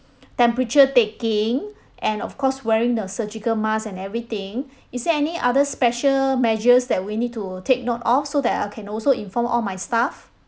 temperature taking and of course wearing the surgical mask and everything is there any other special measures that we need to take note of so that I can also inform all my staff